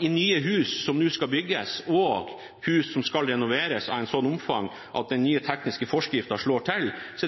nye hus som skal bygges, og hus som skal renoveres i et slikt omfang at den nye tekniske forskriften slår til –